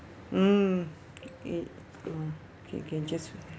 mm it uh okay can just